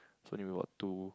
so need wait about two